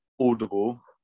audible